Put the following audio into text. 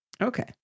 Okay